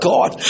God